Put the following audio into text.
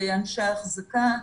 אנשי אחזקה,